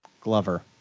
Glover